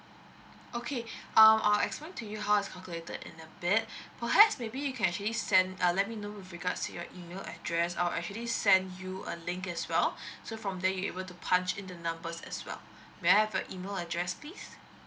okay uh I'll explain to you how it's calculated in a bit and perhaps maybe you can actually send uh let me know with regards to your email address I'll actually send you a link as well so from then able to punch in the numbers as well may I have your email address please